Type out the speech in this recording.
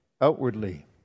outwardly